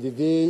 ידידי